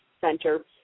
center